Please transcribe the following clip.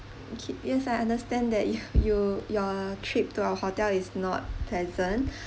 okay yes I understand that you you your trip to our hotel is not pleasant